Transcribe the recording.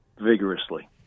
vigorously